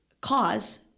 cause